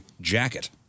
jacket